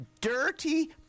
Dirty